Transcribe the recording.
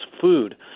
food